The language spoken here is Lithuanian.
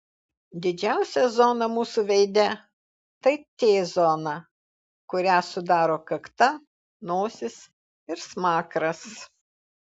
didžiausia zona mūsų veide tai t zona kurią sudaro kakta nosis ir smakras